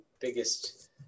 biggest